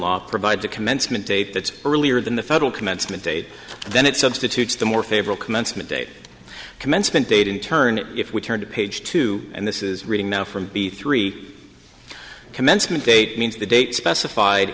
law provides a commencement date that's earlier than the federal commencement date then it substitutes the more favorite commencement date commencement date in turn if we turn to page two and this is reading now from b three commencement date means the date specified